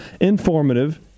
informative